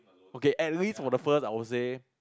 okay at least for the first I would say